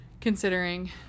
considering